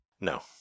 No